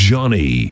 Johnny